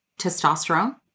testosterone